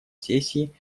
сессий